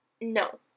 no